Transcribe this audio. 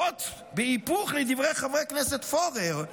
זאת בהיפוך לדברי חבר הכנסת פורר,